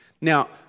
Now